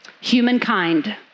Humankind